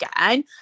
again